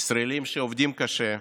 ישראלים שעובדים קשה,